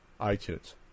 iTunes